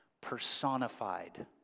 personified